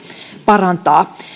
parantaa